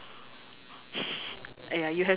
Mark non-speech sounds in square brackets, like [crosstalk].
[laughs] !aiya! you have